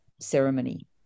ceremony